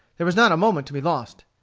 there was not a moment to be lost.